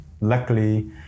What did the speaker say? luckily